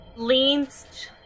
leans